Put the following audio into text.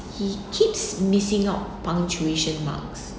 he keeps missing out punctuation marks